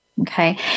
okay